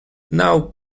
now